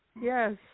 Yes